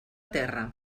terra